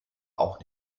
auch